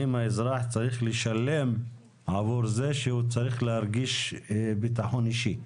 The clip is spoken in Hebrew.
האם האזרח צריך לשלם עבור זה שהוא צריך להרגיש ביטחון אישי?